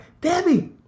Debbie